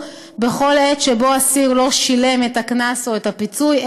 בכל עת שבה אסיר לא שילם את הקנס או את הפיצוי.